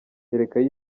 karekezi